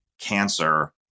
cancer